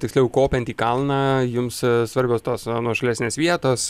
tiksliau kopiant į kalną jums svarbios tos nuošalesnės vietos